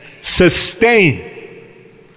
Sustain